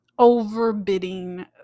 overbidding